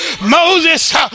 Moses